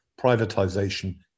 privatization